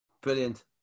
brilliant